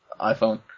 iPhone